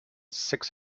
six